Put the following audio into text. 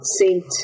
Saint